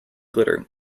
glitter